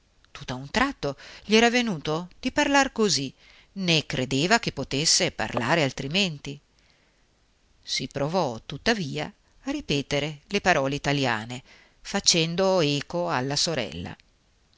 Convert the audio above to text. tutt'a un tratto gli era venuto di parlar così né credeva che potesse parlare altrimenti si provò tuttavia a ripetere le parole italiane facendo eco alla sorella